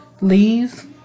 Leave